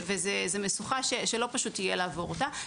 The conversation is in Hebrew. זה מסוכה שלא יהיה פשוט לעבור אותה.